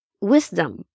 wisdom